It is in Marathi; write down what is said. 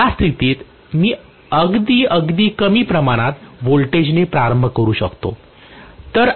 तर या स्थितीत मी अगदी अगदी कमी प्रमाणात व्होल्टेजने प्रारंभ करू शकतो